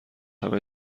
همه